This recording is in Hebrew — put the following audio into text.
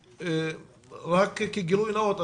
ורק כגילוי נאות,